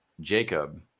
Jacob